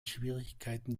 schwierigkeiten